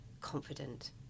confident